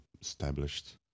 established